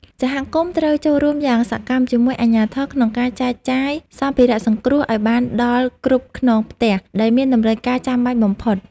សហគមន៍ត្រូវចូលរួមយ៉ាងសកម្មជាមួយអាជ្ញាធរក្នុងការចែកចាយសម្ភារៈសង្គ្រោះឱ្យបានដល់គ្រប់ខ្នងផ្ទះដែលមានតម្រូវការចាំបាច់បំផុត។